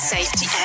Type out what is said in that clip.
Safety